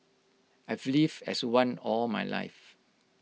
I've lived as one all my life